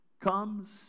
comes